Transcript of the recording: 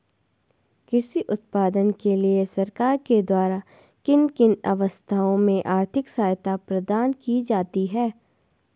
कृषि उत्पादन के लिए सरकार के द्वारा किन किन अवस्थाओं में आर्थिक सहायता प्रदान की जाती है?